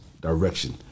direction